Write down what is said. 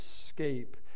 escape